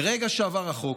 מרגע שעבר החוק,